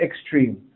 extreme